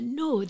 no